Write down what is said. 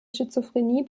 schizophrenie